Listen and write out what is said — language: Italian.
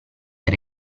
era